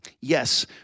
Yes